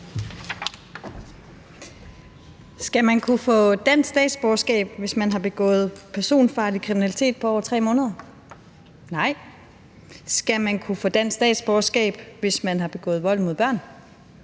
Skal man kunne få dansk statsborgerskab, hvis man har begået personfarlig kriminalitet med en straf på over 3 måneders fængsel? Nej. Skal man kunne få dansk statsborgerskab, hvis man har begået vold mod børn?